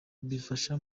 bifasha